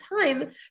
time